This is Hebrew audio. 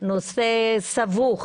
נושא סבוך,